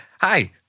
hi